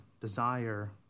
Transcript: desire